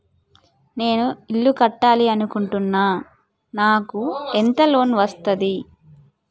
నేను ఇల్లు కట్టాలి అనుకుంటున్నా? నాకు లోన్ ఎంత వస్తది?